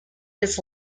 its